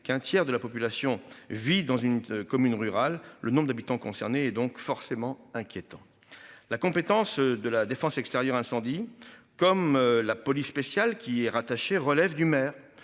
qu'un tiers de la population vit dans une commune rurale, le nombre d'habitants concernés donc forcément inquiétant, la compétence de la défense extérieure incendie comme la police spéciale qui est rattaché relève du maire